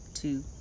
two